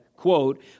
Quote